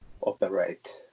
operate